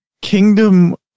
Kingdom